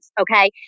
okay